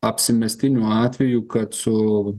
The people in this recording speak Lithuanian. apsimestinių atvejų kad su